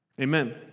Amen